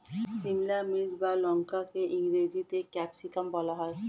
সিমলা মির্চ বা লঙ্কাকে ইংরেজিতে ক্যাপসিকাম বলা হয়